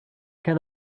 can